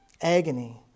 agony